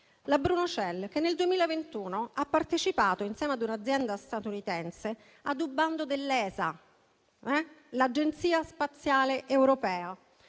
la Bruno Cell, che nel 2021 ha partecipato, insieme a un'azienda statunitense, a un bando dell'ESA, l'Agenzia spaziale europea,